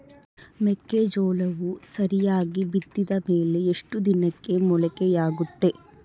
ಮೆಕ್ಕೆಜೋಳವು ಸರಿಯಾಗಿ ಬಿತ್ತಿದ ಮೇಲೆ ಎಷ್ಟು ದಿನಕ್ಕೆ ಮೊಳಕೆಯಾಗುತ್ತೆ?